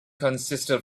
consisted